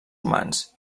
humans